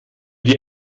dir